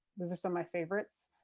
those are some my favorites.